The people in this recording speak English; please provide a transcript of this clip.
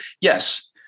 yes